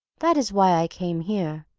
that is why i came here.